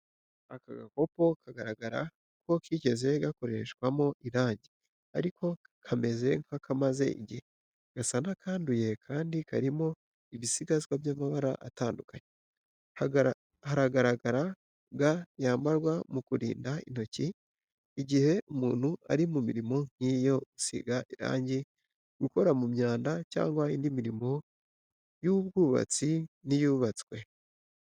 Aka gakopo kagaragara ko kigeze gukoreshwamo irangi ariko kameze nk'akamaze igihe, gasa n’akanduye kandi karimo ibisigazwa by’amabara atandukanye. Haragaragara ga yambarwa mu kurinda intoki igihe umuntu ari mu mirimo nk’iyo gusiga irangi, gukora mu myanda, cyangwa indi mirimo y’ubwubatsi n’iyubatswe.